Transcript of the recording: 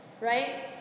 right